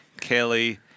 Kelly